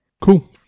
Cool